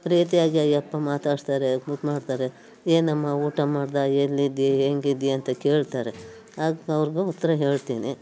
ಪ್ರೀತಿಯಾಗಿ ಆಯಪ್ಪಾ ಮಾತಾಡಿಸ್ತಾರೆ ಮುದ್ದು ಮಾಡ್ತಾರೆ ಏನಮ್ಮ ಊಟ ಮಾಡಿದಾ ಎಲ್ಲಿದೆಯಾ ಹೆಂಗಿದ್ಯಾ ಅಂತ ಕೇಳ್ತಾರೆ ಆಗ ಅವ್ರಿಗೂ ಉತ್ತರ ಹೇಳ್ತೀನಿ